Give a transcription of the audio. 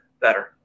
better